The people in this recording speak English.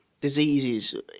diseases